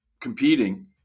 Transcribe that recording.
competing